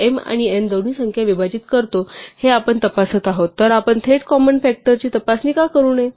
m आणि n दोन्ही संख्या विभाजित करतो हे आपण तपासत आहोत तर आपण थेट कॉमन फ़ॅक्टरची तपासणी का करू नये